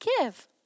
give